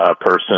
person